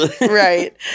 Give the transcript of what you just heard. Right